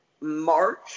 March